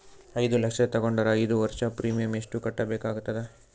ಐದು ಲಕ್ಷ ತಗೊಂಡರ ಐದು ವರ್ಷದ ಪ್ರೀಮಿಯಂ ಎಷ್ಟು ಕಟ್ಟಬೇಕಾಗತದ?